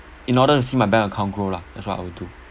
in order to see my bank account grow lah that's what I will do